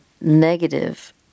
negative